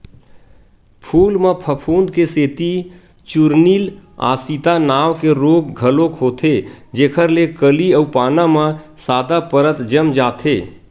फूल म फफूंद के सेती चूर्निल आसिता नांव के रोग घलोक होथे जेखर ले कली अउ पाना म सादा परत जम जाथे